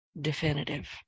definitive